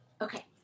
okay